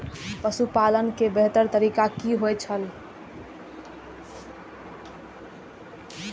पशुपालन के बेहतर तरीका की होय छल?